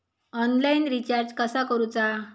Online recharge कसा करूचा?